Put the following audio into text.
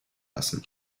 lassen